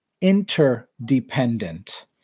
interdependent